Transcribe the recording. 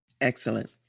Excellent